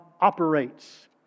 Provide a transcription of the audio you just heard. operates